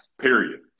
period